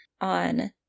on